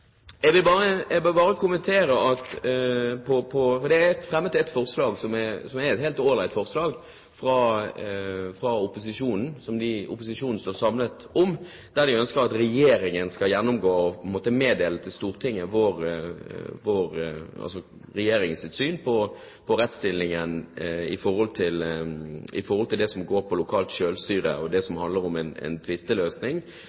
Jeg vil bare kommentere at det er fremmet et forslag, som er et helt ålreit forslag, fra opposisjonen. Frenskrittspartiet, Høyre og Kristelig Folkeparti står samlet om forslaget der de ønsker at regjeringen skal meddele til Stortinget hvordan den vurderer rettstillingen på det som går på lokalt selvstyre, og det som